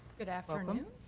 good afternoon